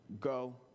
go